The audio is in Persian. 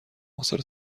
آثار